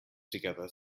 together